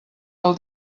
del